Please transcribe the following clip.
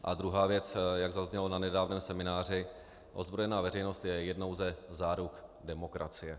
A druhá věc, jak zaznělo na nedávném semináři, ozbrojená veřejnost je jednou ze záruk demokracie.